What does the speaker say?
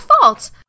fault